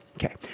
Okay